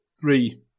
three